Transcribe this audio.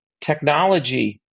technology